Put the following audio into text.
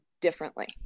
differently